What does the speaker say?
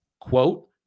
Quote